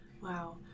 Wow